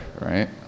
right